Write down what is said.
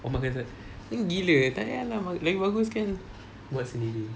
oh makan sana gila tak yah lah lagi bagus kan buat sendiri